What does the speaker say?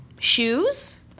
shoes